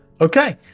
Okay